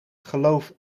geloof